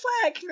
flag